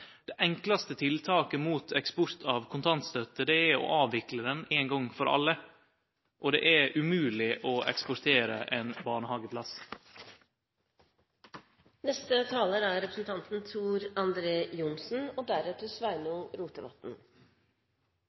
Det enklaste tiltaket mot eksport av kontantstøtte er å avvikle ho ein gong for alle, og det er umogleg å eksportere ein barnehageplass. Jeg vil også takke min kollega i arbeids- og